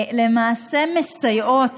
למעשה מסייעת